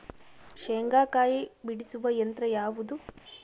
ಶೇಂಗಾಕಾಯಿ ಬಿಡಿಸುವ ಯಂತ್ರ ಯಾವುದು?